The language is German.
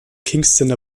kingston